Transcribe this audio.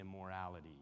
immorality